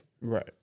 Right